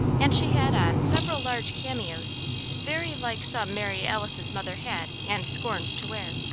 and she had on several large cameos very like some mary alice's mother had and scorned to wear.